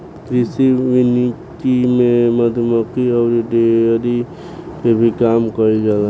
कृषि वानिकी में मधुमक्खी अउरी डेयरी के भी काम कईल जाला